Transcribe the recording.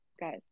guys